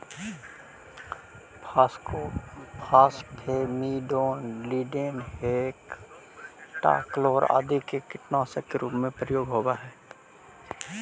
phosphamidon, lindane, heptachlor आदि के कीटनाशक के रूप में प्रयोग होवऽ हई